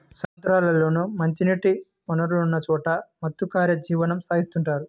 సముద్రాల్లోనూ, మంచినీటి వనరులున్న చోట మత్స్యకారులు జీవనం సాగిత్తుంటారు